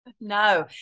No